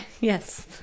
Yes